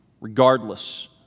regardless